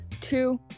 two